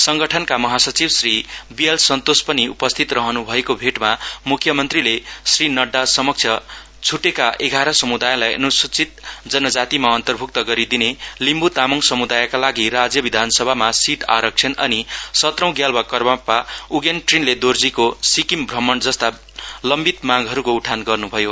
संङ्गठनका महासचिव श्री बीएल सन्तोष पनि उपस्थित रहनु भएको भेटमा मुख्यमन्त्रीले श्री नङ्डासमक्ष छुटेका एघार समुदायलाई अनुसूचित जनजातिमा अन्तर्भुक्त गरिदिने लिम्बु तामाङ समुदायका लागि राज्य विधानसभामा सीट आरक्षण अनि सत्रौं ग्याल्बा कर्मापा उगेन ट्रिनले दोर्जीको सिक्किम भ्रमण जस्ता लम्बित मागहरूको उठान गर्नु भयो